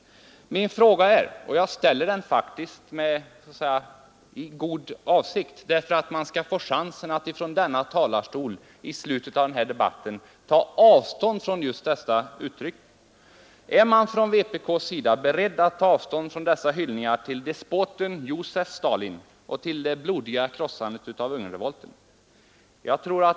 Min fråga är, och jag ställer den faktiskt i god avsikt så att vpk skall få chansen att från denna talarstol vid slutet av debatten ta avstånd från just dessa uttalanden: Är man från vpk:s sida beredd att ta avstånd från dessa hyllningar till despoten Josef Stalin och till det blodiga krossandet av Ungernrevolten?